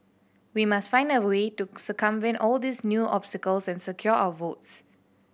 we must find a way to circumvent all these new obstacles and secure our votes